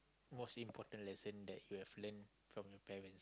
most important lesson that you have learnt from your parents